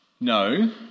No